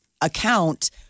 account